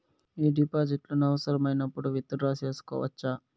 ఈ డిపాజిట్లను అవసరమైనప్పుడు విత్ డ్రా సేసుకోవచ్చా?